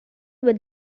would